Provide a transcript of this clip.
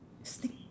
sneak